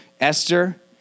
Esther